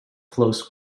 flows